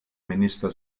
minister